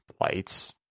lights